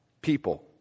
people